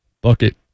Bucket